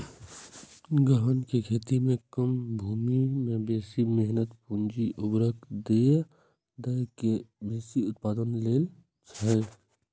गहन खेती मे कम भूमि मे बेसी मेहनत, पूंजी, उर्वरक दए के बेसी उत्पादन लेल जाइ छै